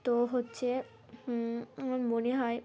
তো হচ্ছে আমার মনে হয়